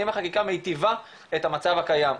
האם החקיקה מיטיבה את המצב הקיים,